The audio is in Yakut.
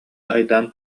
айдаан